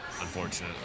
unfortunately